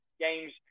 games